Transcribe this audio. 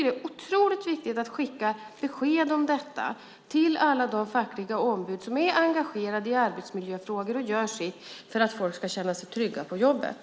Det är otroligt viktigt att skicka besked om detta till alla de fackliga ombud som är engagerade i arbetsmiljöfrågor och gör sitt för att folk ska känna sig trygga på jobbet.